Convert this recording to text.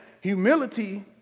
humility